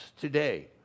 today